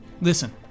Listen